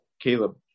Caleb